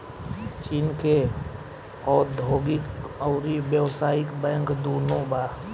चीन के औधोगिक अउरी व्यावसायिक बैंक दुनो बा